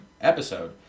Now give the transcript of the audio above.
episode